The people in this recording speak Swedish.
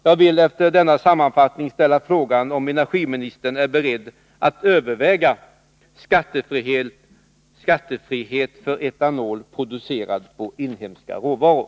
Jag vill efter denna sammanfattning ställa frågan om energiministern är beredd att överväga skattefrihet för etanol producerad på inhemska råvaror.